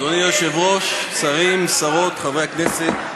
אדוני היושב-ראש, שרים, שרות, חברי הכנסת,